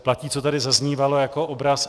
Platí, co tady zaznívalo jako obraz.